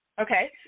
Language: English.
Okay